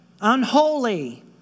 Unholy